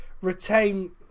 retain